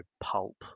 pulp